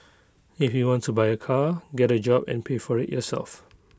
if you want to buy A car get A job and pay for IT yourself